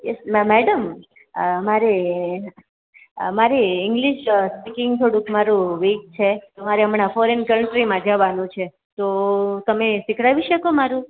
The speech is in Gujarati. ઇફના મેડમ મારે અમારે ઇંગ્લિશ સ્પીકિંગ થોડું મારું વીક છે તો મારે હમણાં ફોરેન કન્ટ્રીમાં જવાનું છે તો તમે શિખવાડી શકો મારું